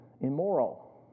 immoral